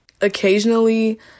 Occasionally